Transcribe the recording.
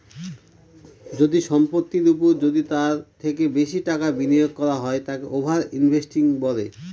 যদি সম্পত্তির ওপর যদি তার থেকে বেশি টাকা বিনিয়োগ করা হয় তাকে ওভার ইনভেস্টিং বলে